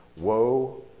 Woe